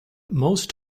most